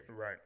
Right